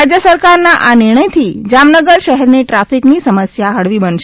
રાજય સરકારના આ નિર્ણયથી જામનગર શહેરની ટ્રાફિકની સમસ્યા હળવી બનશે